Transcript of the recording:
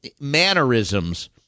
mannerisms